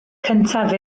cyntaf